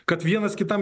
kad vienas kitam